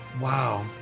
wow